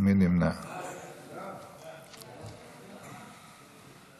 ההצעה להעביר את הנושא